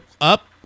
up